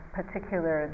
particular